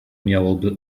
miałoby